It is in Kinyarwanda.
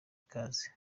ikaze